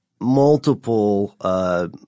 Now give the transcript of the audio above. multiple –